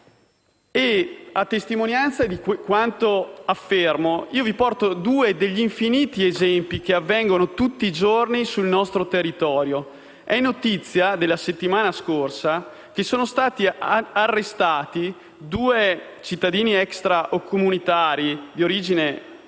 A testimonianza di quanto affermo io vi riporto due degli infiniti casi che avvengono tutti i giorni sul nostro territorio. È notizia della settimana scorsa l'arresto di due cittadini extracomunitari di origine marocchina